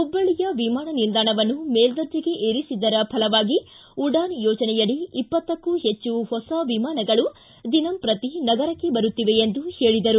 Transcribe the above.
ಹುಬ್ಲಳ್ಳಿಯ ವಿಮಾನ ನಿಲ್ಲಾಣವನ್ನು ಮೇಲ್ಲರ್ಣೆಗೆ ಏರಿಸಿದ್ದರ ಫಲವಾಗಿ ಉಡಾನ್ ಯೋಜನೆಯಡಿ ಇಪ್ಪತ್ತಕ್ಕೂ ಹೆಚ್ಚು ಹೊಸ ವಿಮಾನಗಳು ದಿನಂಪ್ರತಿ ನಗರಕ್ಕೆ ಬರುತ್ತಿವೆ ಎಂದು ಹೇಳಿದರು